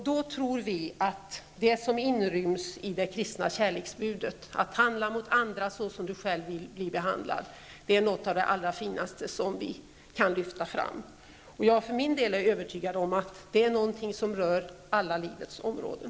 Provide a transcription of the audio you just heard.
Då tror vi att det som inryms i det kristna kärleksbudet -- att handla mot andra såsom du själv vill bli behandlad -- är något av de allra finaste som vi kan lyfta fram. Jag är för min del övertygad om att det är någonting som rör alla livets områden.